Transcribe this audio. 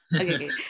okay